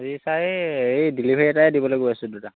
এই ছাৰ এই ডেলিভাৰী এটাই দিবলৈ গৈ আছোঁ দুটা